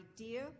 idea